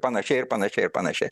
panašiai ir panašiai ir panašiai